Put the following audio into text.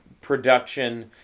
production